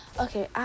okay